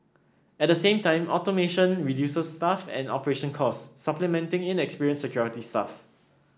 at the same time automation reduces staff and operation cost supplementing inexperienced security staff